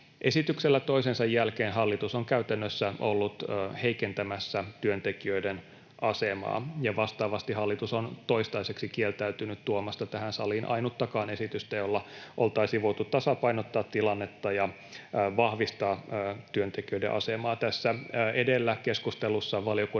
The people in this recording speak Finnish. Esityksellä toisensa jälkeen hallitus on käytännössä ollut heikentämässä työntekijöiden asemaa, ja vastaavasti hallitus on toistaiseksi kieltäytynyt tuomasta tähän saliin ainuttakaan esitystä, jolla oltaisiin voitu tasapainottaa tilannetta ja vahvistaa työntekijöiden asemaa. Tässä edellä keskustelussa